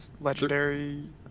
Legendary